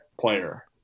player